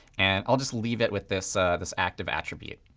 and i'll just leave it with this this active attribute.